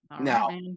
now